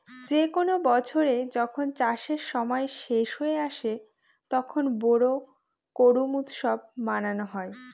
যে কোনো বছরে যখন চাষের সময় শেষ হয়ে আসে, তখন বোরো করুম উৎসব মানানো হয়